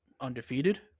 undefeated